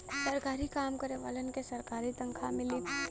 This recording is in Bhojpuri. सरकारी काम करे वालन के सरकारी तनखा मिली